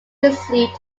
received